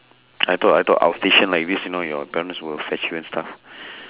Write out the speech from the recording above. I thought I thought outstation like this you know your parents will fetch you and stuff